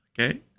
Okay